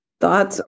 thoughts